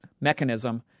mechanism